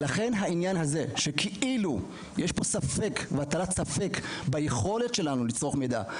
העניין הזה שכאילו יש פה הטלת ספק ביכולת שלנו לצרוך מידע,